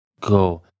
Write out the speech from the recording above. go